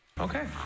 Okay